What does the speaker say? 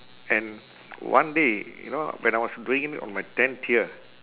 and one day you know when I was doing it on my tenth year